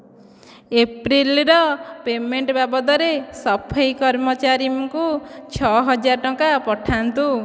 ଏପ୍ରିଲ୍ର payment ବାବଦରେ ସଫାଇ କର୍ମଚାରୀଙ୍କୁ ଛଅ ହଜାର ଟଙ୍କା ପଠାନ୍ତୁ